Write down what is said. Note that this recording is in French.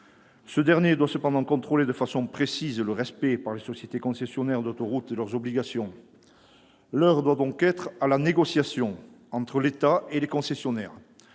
ce dernier doit contrôler de façon précise le respect par les sociétés concessionnaires d'autoroutes de leurs obligations. L'heure doit donc être à la négociation entre l'État et les concessionnaires.